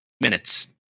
minutes